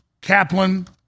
Kaplan